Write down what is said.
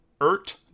Ert